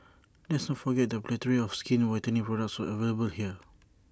let's not forget the plethora of skin whitening products available here